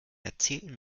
erzählten